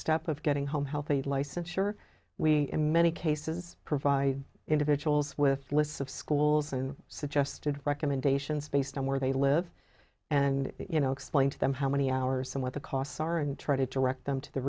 step of getting home healthy licensure we in many cases provide individuals with lists of schools and suggested recommendations based on where they live and you know explain to them how many hours and what the costs are and try to direct them to the